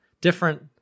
different